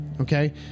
okay